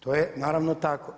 To je naravno tako.